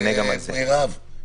מרב,